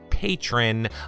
Patron